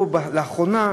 לאחרונה,